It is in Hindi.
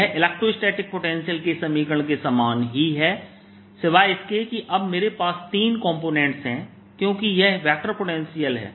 यह इलेक्ट्रोस्टैटिक पोटेंशियल के समीकरण के समान ही है सिवाय इसके कि अब मेरे पास तीन कॉम्पोनेंट हैं क्योंकि यह वेक्टर पोटेंशियल है